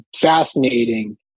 fascinating